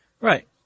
Right